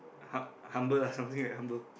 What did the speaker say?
hum~ humble lah something like humble